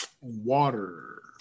Water